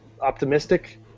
optimistic